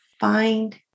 find